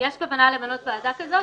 ויש כוונה למנות ועדה כזאת,